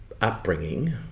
upbringing